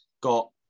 got